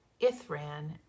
Ithran